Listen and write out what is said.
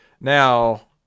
Now